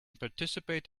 participate